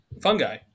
Fungi